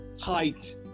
height